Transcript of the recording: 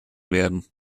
werden